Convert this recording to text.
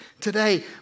today